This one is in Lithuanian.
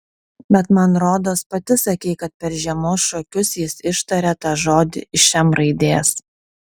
bet man rodos pati sakei kad per žiemos šokius jis ištarė tą žodį iš m raidės